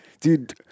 dude